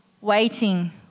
waiting